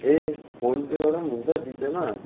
ए phone पेबाट पनि हुन्छ जिपेमा